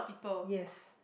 yes